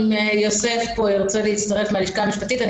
אולי יוסף פולסקי מן הלשכה המשפטית שלנו ירצה להתייחס.